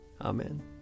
Amen